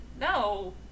No